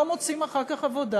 לא מוצאים אחר כך עבודה